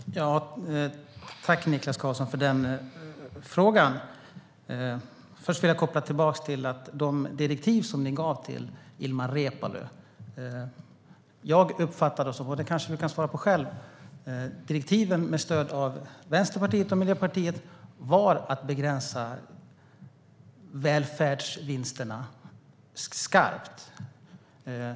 Herr talman! Jag tackar Niklas Karlsson för den frågan. Jag uppfattade det som att de direktiv ni gav till Ilmar Reepalu med stöd av Vänsterpartiet och Miljöpartiet handlade om att begränsa välfärdsvinsterna skarpt, men det kanske Niklas Karlsson kan säga mer om själv.